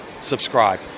subscribe